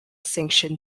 sanction